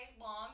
long